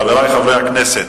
חברי חברי הכנסת,